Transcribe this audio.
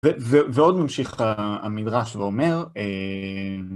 ועוד ממשיך המדרש ואומר...